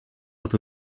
what